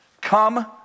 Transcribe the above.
Come